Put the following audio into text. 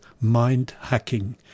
mind-hacking